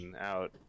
out